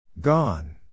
Gone